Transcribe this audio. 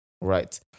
right